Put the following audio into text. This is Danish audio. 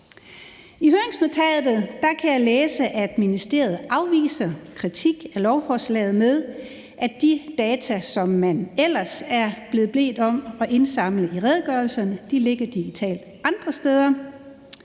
I høringsnotatet kan jeg læse, at ministeriet afviser kritik af lovforslaget med, at de data, som man ellers er blevet bedt om at indsamle i redegørelserne, ligger digitalt andre steder.